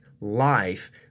life